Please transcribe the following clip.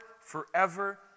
forever